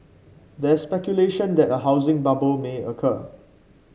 there speculation that a housing bubble may occur